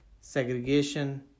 segregation